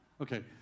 Okay